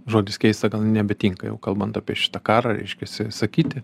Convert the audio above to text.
žodis keista gal nebetinka jau kalbant apie šitą karą reiškiasi sakyti